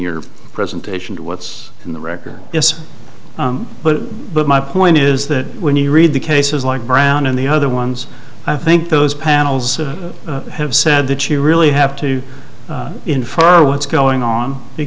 your presentation to what's in the record is but but my point is that when you read the cases like brown and the other ones i think those panels have said that you really have to infer what's going on